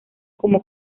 como